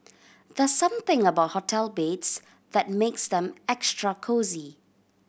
there's something about hotel beds that makes them extra cosy